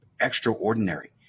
extraordinary